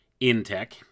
InTech